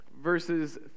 verses